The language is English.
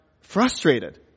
frustrated